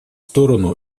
сторону